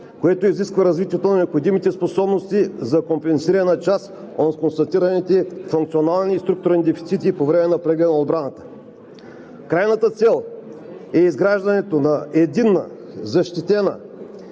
което изисква развитието на необходимите способности за компенсиране на част от констатираните функционални и структурни дефицити по време на прегледа на отбраната. Крайната цел е изграждането на единна, защитена